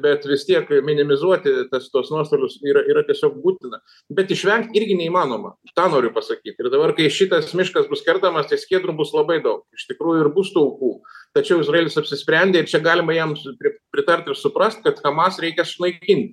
bet vis tiek minimizuoti tas tuos nuostolius yra yra tiesiog būtina bet išvengt irgi neįmanoma tą noriu pasakyt ir dabar kai šitas miškas bus kertamas tai skiedrų bus labai daug iš tikrųjų ir bus tų aukų tačiau izraelis apsisprendė ir čia galima jam su pritart ir suprast kad hamas reikia sunaikint